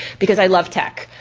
because i love tech.